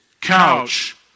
couch